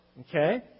Okay